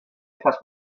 estas